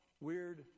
weird